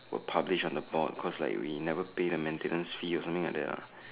will publish on the board cause like we never pay the maintenance fee or something like that ah